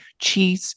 cheese